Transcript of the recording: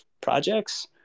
projects